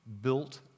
built